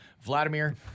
Vladimir